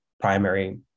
primary